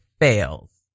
fails